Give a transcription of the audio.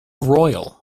royal